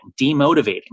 demotivating